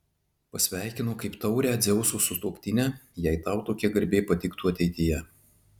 pasveikino kaip taurią dzeuso sutuoktinę jei tau tokia garbė patiktų ateityje